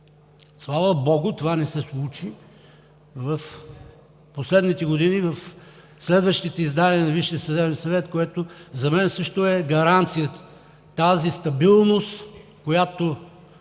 Слава богу, това не се случи в последните години в следващите издания на Висшия съдебен съвет, което за мен също е гаранция. Тази стабилност, която